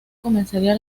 comenzaría